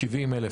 70,000,